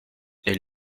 elle